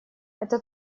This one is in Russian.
это